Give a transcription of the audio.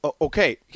Okay